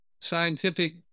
scientific